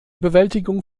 bewältigung